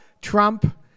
Trump